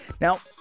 Now